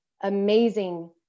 amazing